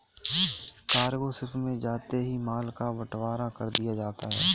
cargo ship में जाते ही माल का बंटवारा कर दिया जाता है